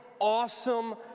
awesome